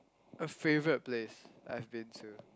a favourite place I've been to